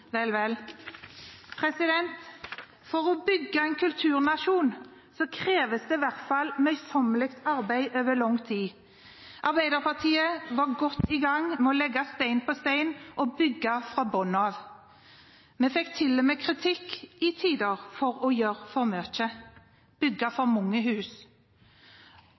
Vel, for å bygge en kulturnasjon kreves det i hvert fall møysommelig arbeid over lang tid. Arbeiderpartiet var godt i gang med å legge stein på stein og bygge fra bunnen av. Vi fikk til og med kritikk til tider for å gjøre for mye, bygge for mange hus.